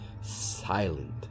silent